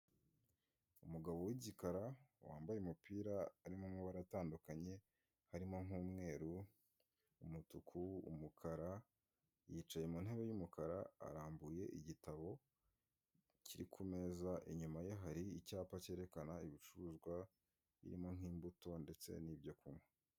Umugabo w'igikara wambaye umupira urimo amabara atandukanye, harimo nk'umweru umutuku, umukara, yicaye mu ntebe y'umukara, arambuye igitabo kiri ku meza, inyuma ye hari icyapa cyerekana ibicuruzwa birimo nk' imbuto ndetse nibyo kunywa.